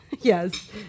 Yes